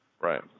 Right